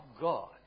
God